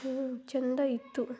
ಹ್ಞೂ ಚೆಂದ ಇತ್ತು